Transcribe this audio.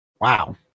Wow